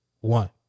one